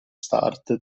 start